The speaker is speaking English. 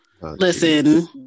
Listen